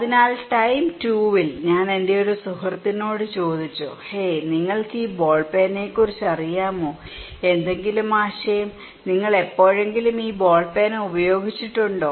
അതിനാൽ ടൈം 2 ൽ ഞാൻ എന്റെ ഒരു സുഹൃത്തിനോട് ചോദിച്ചു ഹേയ് നിങ്ങൾക്ക് ഈ ബോൾ പേനയെക്കുറിച്ച് അറിയാമോ എന്തെങ്കിലും ആശയം നിങ്ങൾ എപ്പോഴെങ്കിലും ഈ ബോൾ പേന ഉപയോഗിച്ചിട്ടുണ്ടോ